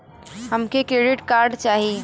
हमके credit card चाही